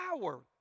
power